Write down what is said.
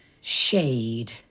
shade